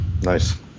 Nice